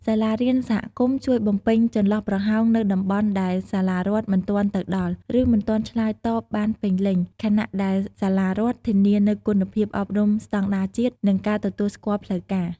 សាលារៀនសហគមន៍ជួយបំពេញចន្លោះប្រហោងនៅតំបន់ដែលសាលារដ្ឋមិនទាន់ទៅដល់ ឬមិនទាន់ឆ្លើយតបបានពេញលេញ ខណៈដែលសាលារដ្ឋធានានូវគុណភាពអប់រំស្តង់ដារជាតិ និងការទទួលស្គាល់ផ្លូវការ។